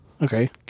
Okay